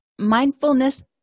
mindfulness